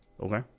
Okay